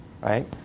right